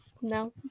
no